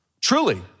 Truly